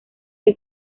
que